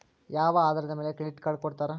ಯಾವ ಆಧಾರದ ಮ್ಯಾಲೆ ಕ್ರೆಡಿಟ್ ಕಾರ್ಡ್ ಕೊಡ್ತಾರ?